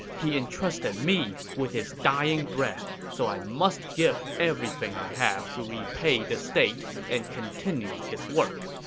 he entrusted me with his dying breath, so i must give everything i have to repay the state and continue his work.